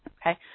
Okay